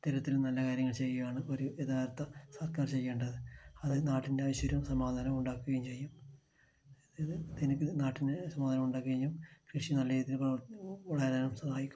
ഇത്തരത്തിൽ നല്ല കാര്യങ്ങൾ ചെയ്യുകയാണ് ഒരു യഥാർത്ഥ സർക്കാർ ചെയ്യേണ്ടത് അത് നാടിന് ഐശ്വര്യവും സമാധാനവും ഉണ്ടാക്കുകയും ചെയ്യും നാടിന് സമാധാനം ഉണ്ടാക്കുകയും കൃഷി നല്ല രീതിയിൽ വളരാനും സഹായിക്കും